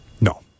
No